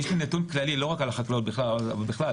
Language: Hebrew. יש לי נתון כללי, לא רק על החקלאות אבל בכלל.